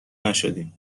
نشدیم